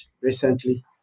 recently